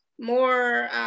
more